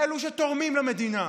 לאלה שתורמים למדינה.